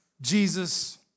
Jesus